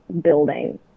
building